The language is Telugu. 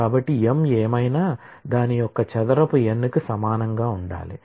కాబట్టి m ఏమైనా దాని యొక్క చదరపు n కి సమానంగా ఉండాలి